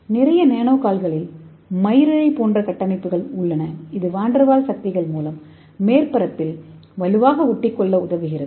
நிறைய நானோ கால்களில் உள்ளகட்டமைப்புகள் போன்றவை உள்ளன இது கென் வான்டெர்வால்ஸ் படைகள்மூலம் மேற்பரப்பில் வலுவாக ஒட்டிக்கொள்ள உதவுகிறது